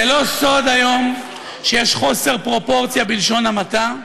זה לא סוד שהיום יש חוסר פרופורציה, בלשון המעטה,